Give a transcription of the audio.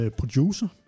producer